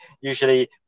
usually